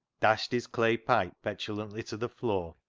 dashed his clay pipe petulantly to the floor,